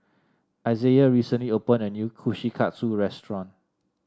Isaiah recently opened a new Kushikatsu Restaurant